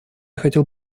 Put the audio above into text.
хотел